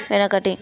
వెనకటి